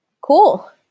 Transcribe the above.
cool